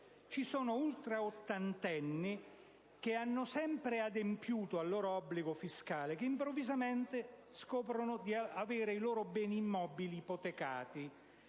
Ci sono ultraottantenni che hanno sempre adempiuto al loro obbligo fiscale, i quali improvvisamente scoprono di avere i loro beni immobili ipotecati